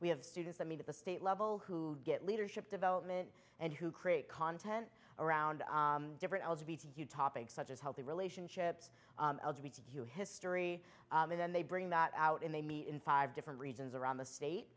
we have students i mean at the state level who get leadership development and who create content around different topics such as healthy relationships q history and then they bring that out and they meet in five different regions around the state